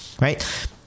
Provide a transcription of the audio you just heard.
right